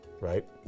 Right